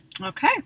Okay